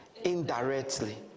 Indirectly